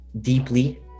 deeply